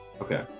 Okay